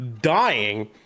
dying